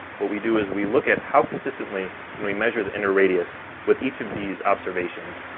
what we do is we look at how consistently can we measure the inner radius with each of these observations,